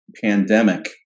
pandemic